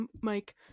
Mike